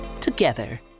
together